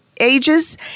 ages